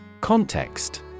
Context